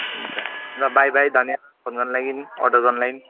हुन्छ ल bye bye धन्यवाद फोन गर्नुको लागि अर्डर गर्नुको लागि